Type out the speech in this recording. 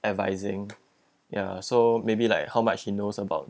advising ya so maybe like how much he knows about